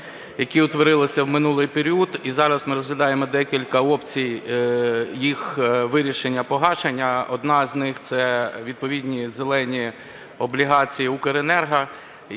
які утворилися в минулий період. І зараз ми розглядаємо декілька опцій їх вирішення, погашення. Одна з них – це відповідні "зелені" облігації Укренерго,